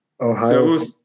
Ohio